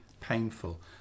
painful